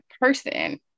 person